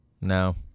No